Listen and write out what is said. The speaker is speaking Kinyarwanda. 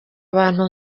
abantu